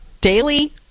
daily